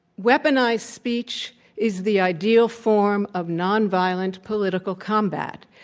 weaponized speech is the ideal form of nonviolent political combat.